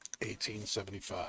1875